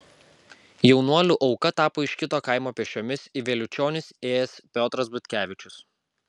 jaunuolių auka tapo iš kito kaimo pėsčiomis į vėliučionis ėjęs piotras butkevičius